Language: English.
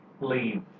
leave